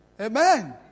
Amen